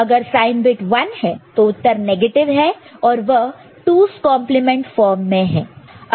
अगर sign bit 1 है तो उत्तर नेगेटिव है और वह 2's complement form 2's complement formमें है